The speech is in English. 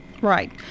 Right